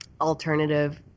alternative